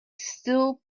still